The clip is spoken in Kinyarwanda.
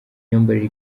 myambarire